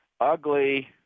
ugly